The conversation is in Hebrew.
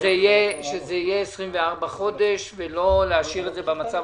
שיהיו 24 חודשים ולא להשאיר את זה במצב